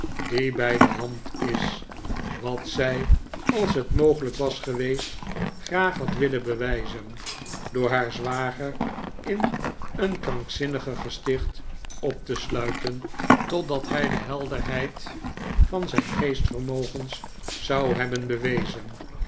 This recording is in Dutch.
die bij de hand is wat zij als het mogelijk was geweest graag had willen bewijzen door haar zwager in een krankzinnigengesticht op te sluiten totdat hij de helderheid van zijn geestvermogens zou hebben bewezen